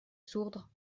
sourdre